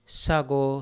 sago